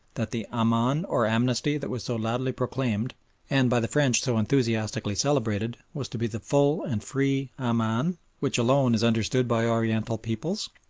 that the aman, or amnesty, that was so loudly proclaimed and, by the french, so enthusiastically celebrated, was to be the full and free aman which alone is understood by oriental peoples?